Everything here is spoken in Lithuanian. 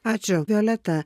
ačiū violeta